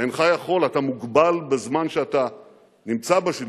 אינך יכול, אתה מוגבל בזמן שאתה נמצא בשלטון,